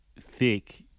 thick